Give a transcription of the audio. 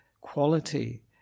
quality